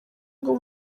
ngo